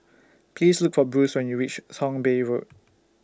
Please Look For Bruce when YOU REACH Thong Bee Road